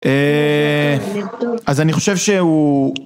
אה... אז אני חושב שהוא...